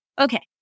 Okay